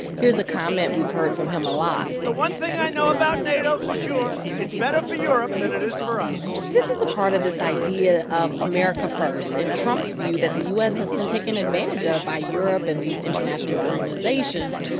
here's a comment we've heard from him a lot the one thing i know about nato for sure it's better for europe than it is for us this is a part of this idea of america first in trump's view, that the u s. has been taken advantage of by europe and these international organizations.